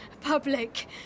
public